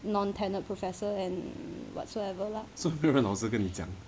non tenured professor and whatsoever lah